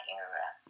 area